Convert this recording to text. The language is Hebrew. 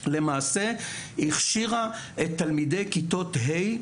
למעשה הכשירה את תלמידי כיתות ה'